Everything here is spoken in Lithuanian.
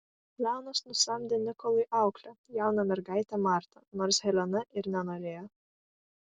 leonas nusamdė nikolui auklę jauną mergaitę martą nors helena ir nenorėjo